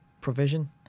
provision